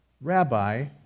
Rabbi